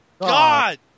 God